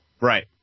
Right